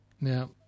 Now